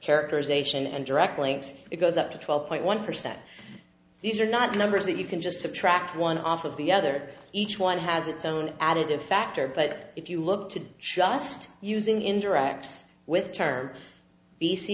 characterization and direct links it goes up to twelve point one percent these are not numbers that you can just subtract one off of the other each one has its own additive factor but if you look to just using interacts with term b